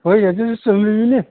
ꯍꯣꯏꯅꯦ ꯑꯗꯨꯁꯨ ꯆꯨꯝꯃꯤꯝꯅꯤꯅꯦ